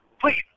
please